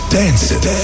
dancing